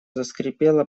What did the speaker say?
заскрипела